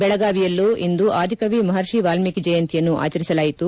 ಬೆಳಗಾವಿಯಲ್ಲೂ ಇಂದು ಆದಿಕವಿ ಮಹರ್ಷಿ ವಾಲ್ಮೀಕಿ ಜಯಂತಿಯನ್ನು ಆಚರಿಸಲಾಯಿತು